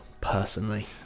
Personally